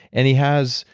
and he has.